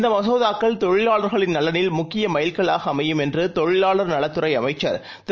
இந்தமசோதாக்கள் தொழிலாளர்களின்நலனில்முக்கியமைல்கல்லாகஅமையும்என்றுதொழிலாளர்துறைஅமைச் சர்திரு